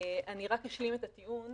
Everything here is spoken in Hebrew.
אני רק אשלים את הטיעון